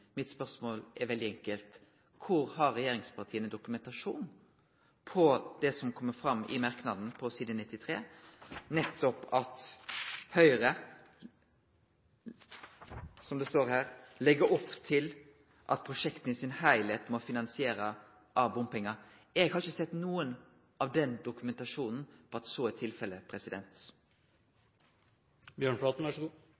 Mitt spørsmål er veldig enkelt: Kvar har regjeringspartia dokumentasjon på det som kjem fram i merknaden på side 93, nettopp at Høgre, som det står her, legg opp til at «prosjektene i sin helhet må finansieres av bompenger»? Eg har ikkje sett noko dokumentasjon på at så er